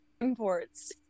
imports